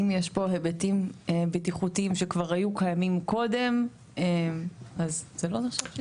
אם יש בו היבטים בטיחותיים שכבר היו קיימים קודם אז זה לא נחשב שדרוג.